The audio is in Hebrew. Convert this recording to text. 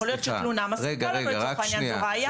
יכול להיות שתלונה מספיקה לנו לצורך העניין והוא ראייה מבחינתי.